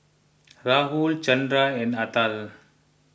Rahul Chanda and Atal